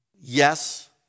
yes